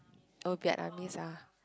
oh Vietnamese ah